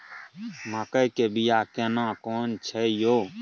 मकई के बिया केना कोन छै यो?